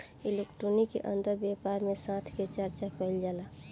equity के अंदर व्यापार में साथ के चर्चा कईल जाला